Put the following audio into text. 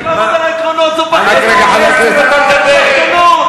חבר הכנסת בן-ארי.